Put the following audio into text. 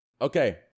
Okay